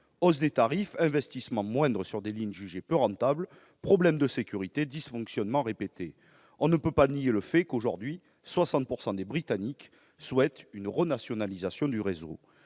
hausse des tarifs, investissements moindres sur des lignes jugées peu rentables, problèmes de sécurité, dysfonctionnements répétés. On ne peut nier qu'aujourd'hui 60 % des Britanniques souhaitent une renationalisation du réseau.